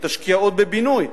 תשקיע עוד בבינוי,